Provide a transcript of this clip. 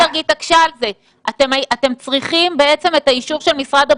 הם אלה שצריכים להציג את התוכנית.